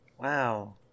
Wow